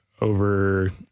over